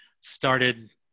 started